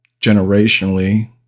generationally